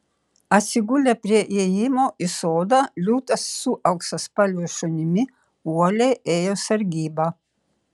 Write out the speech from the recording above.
atsigulę prie įėjimo į sodą liūtas su auksaspalviu šunimi uoliai ėjo sargybą